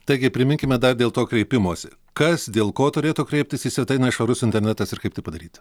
taigi priminkime dar dėl to kreipimosi kas dėl ko turėtų kreiptis į svetainę švarus internetas ir kaip tai padaryt